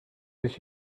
this